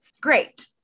great